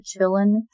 chillin